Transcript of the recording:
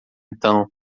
então